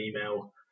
email